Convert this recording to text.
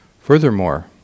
Furthermore